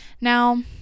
Now